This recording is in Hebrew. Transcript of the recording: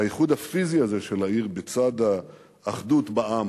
האיחוד הפיזי הזה של העיר, בצד האחדות בעם